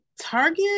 Target